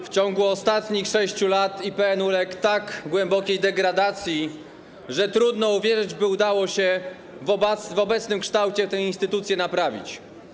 W ciągu ostatnich 6 lat IPN uległ tak głębokiej degradacji, że trudno uwierzyć, by udało się w obecnym kształcie tę instytucję naprawić.